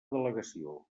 delegació